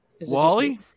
Wally